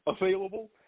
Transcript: available